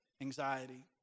anxiety